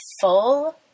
full